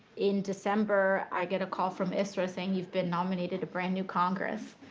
in december, i get a call from isra saying, you've been nominated to brand new congress.